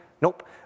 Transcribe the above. Nope